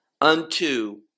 unto